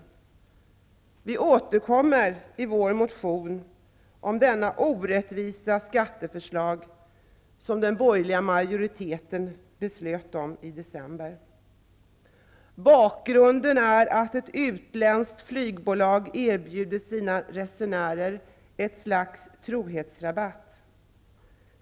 Vi återkommer i vår motion om detta orättvisa skatteförslag som den borgerliga majoriteten fattade beslut om i december. Bakgrunden är att ett utländskt flygbolag erbjudit sina resenärer ett slags trohetsrabatt.